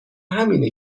همینه